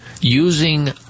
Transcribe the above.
using